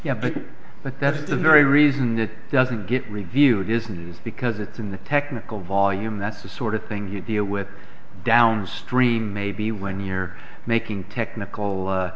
yeah but but that's the very reason it doesn't get reviewed business because it's in the technical volume that's the sort of thing he'd deal with downstream maybe when you're making technical